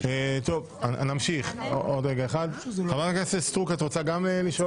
חוויה מאוד נעימה בתקופה הזאת של החקיקה בהסכמה,